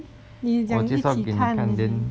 then 你讲一起看